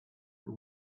who